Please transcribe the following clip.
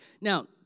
now